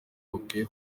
bakwiye